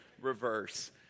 reverse